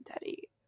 Daddy